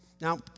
Now